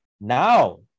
Now